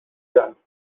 done